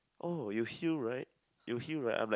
oh you heal right you heal right I'm like